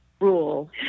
rule